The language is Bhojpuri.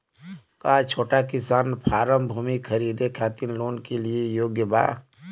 का छोटा किसान फारम भूमि खरीदे खातिर लोन के लिए योग्य बा?